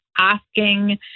asking